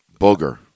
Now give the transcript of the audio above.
Booger